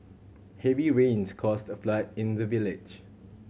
heavy rains caused a flood in the village